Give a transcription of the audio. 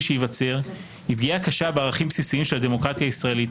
שייווצר היא פגיעה קשה בערכים בסיסיים של הדמוקרטיה הישראלית,